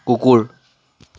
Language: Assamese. কুকুৰ